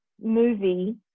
movie